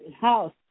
house